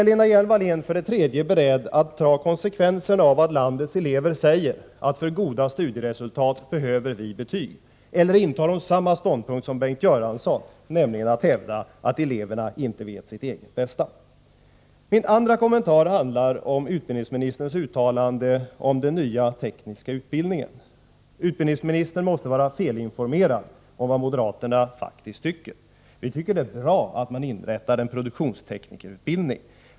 Är Lena Hjelm-Wallén för det tredje beredd att ta konsekvenserna av att eleverna säger att de behöver betyg för goda studieresultat, eller intar hon samma ståndpunkt som Bengt Göransson, nämligen att hävda att eleverna inte vet sitt bästa? Min andra kommentar handlar om utbildningsministerns uttalande om den nya tekniska utbildningen. Utbildningsministern måste vara felinformerad om vad moderaterna faktiskt tycker. Vi tycker att det är bra att man inrättar en produktionsteknikerutbildning.